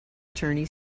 attorney